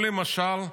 או, למשל,